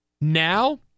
Now